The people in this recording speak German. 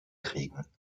kriegen